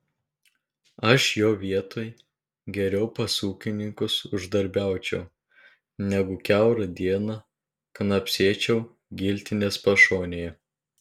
aš jo vietoj geriau pas ūkininkus uždarbiaučiau negu kiaurą dieną knapsėčiau giltinės pašonėje